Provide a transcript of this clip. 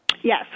Yes